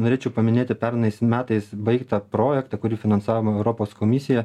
norėčiau paminėti pernai metais baigtą projektą kurį finansavo europos komisija